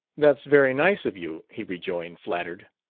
that's very nice of you, he rejoined, flattered.